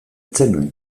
zenuen